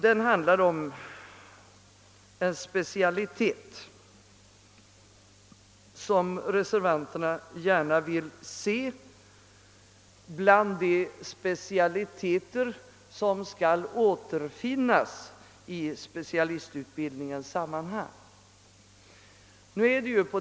Den handlar om en specialitet, som reservanterna gärna vill se bland de specialiteter som skall återfinnas i specialistutbildningen.